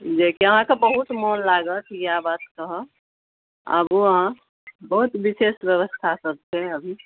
जेकि अहाँके बहुत मोन लागत यएह बात कहब आबु अहाँ बहुत विशेष ब्यवस्था सब छै अभी